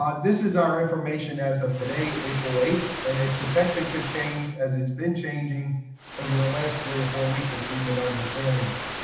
um this is our information as of today, april eighth, and it potentially could change as it's been changing over the last three or four weeks as we've been understanding this.